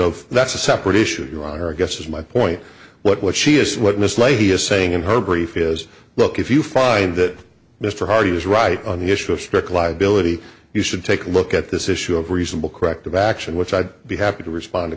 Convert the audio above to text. of that's a separate issue your honor i guess is my point what what she just what mr leahy is saying in her brief is look if you find that mr hardy is right on the issue of strict liability you should take a look at this issue of reasonable corrective action which i'd be happy to respond to